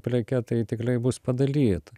preke tai tikrai bus padalyt